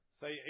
say